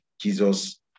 Jesus